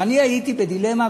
ואני הייתי בדילמה,